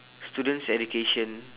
students education